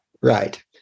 right